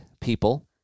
people